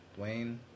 Dwayne